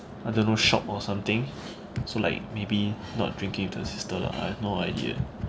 I don't know shop or something so like maybe not drinking to the sister I have no idea